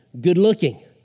good-looking